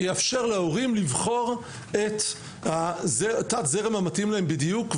שיאפשר להורים לבחור את תת הזרם המתאים להם בדיוק.